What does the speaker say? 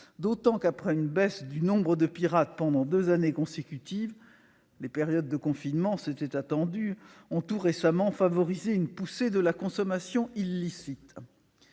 d'autant que, après une baisse du nombre de pirates pendant deux années consécutives, les périodes de confinement ont tout récemment favorisé une poussée de la consommation illicite-